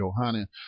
Johanna